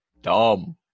dumb